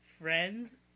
Friends